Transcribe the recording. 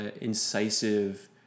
incisive